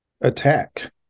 attack